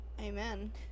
Amen